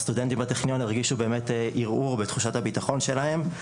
הסטודנטים בטכניון הרגישו ערעור בתחושת הבטחון שלהם,